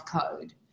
code